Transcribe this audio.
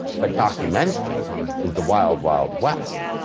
but documentary is the wild wild west.